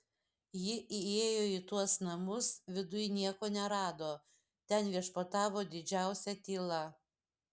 ji įėjo į tuos namus viduj nieko nerado ten viešpatavo didžiausia tyla